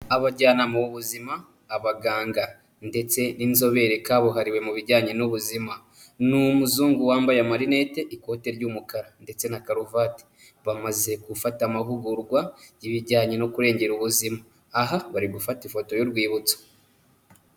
Abajyanama b'ubuzima, abaganga ndetse n'inzobere kabuhariwe mu bijyanye n'ubuzima. Ni umuzungu wambaye amarinete, ikote ry'umukara ndetse na karuvati. Bamaze gufata amahugurwa y'ibijyanye no kurengera ubuzima. Aha bari gufata ifoto y'urwibutso.